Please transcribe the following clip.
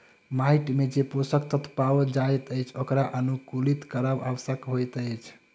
माइट मे जे पोषक तत्व पाओल जाइत अछि ओकरा अनुकुलित करब आवश्यक होइत अछि